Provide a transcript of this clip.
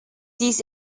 dies